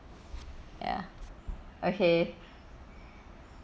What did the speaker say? ya okay